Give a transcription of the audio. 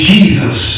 Jesus